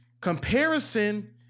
comparison